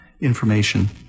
information